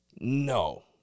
No